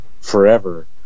forever